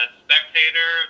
spectator